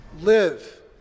live